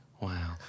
Wow